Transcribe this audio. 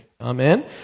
Amen